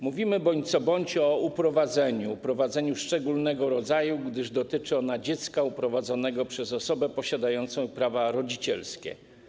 Mówimy bądź co bądź o uprowadzeniu, uprowadzeniu szczególnego rodzaju, gdyż dotyczy ono dziecka uprowadzonego przez osobę posiadającą prawa rodzicielskie.